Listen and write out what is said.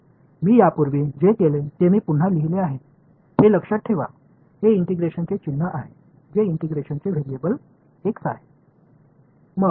मी यापूर्वी जे केले ते मी पुन्हा लिहिले आहे हे लक्षात ठेवा हे इंटिग्रेशनचे चिन्ह आहे जे इंटिग्रेशनचे व्हेरिएबल x आहे